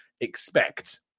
expect